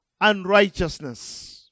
unrighteousness